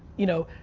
you know,